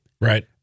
Right